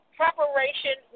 preparation